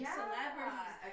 celebrities